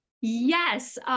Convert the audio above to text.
Yes